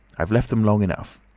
i've left them long enough.